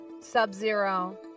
Sub-Zero